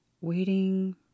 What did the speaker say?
waiting